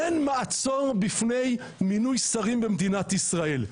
אין מעצור בפני מינוי שרים במדינת ישראל.